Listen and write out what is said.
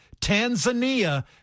Tanzania